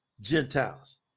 Gentiles